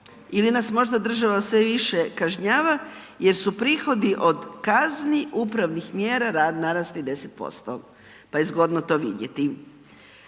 Ili nas možda država sve više kažnjava jer su prihodi od kazni upravnih mjera narasle 10% pa je zgodno to vidjeti.